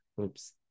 Oops